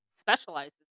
specializes